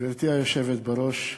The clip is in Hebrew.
גברתי היושבת בראש,